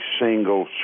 single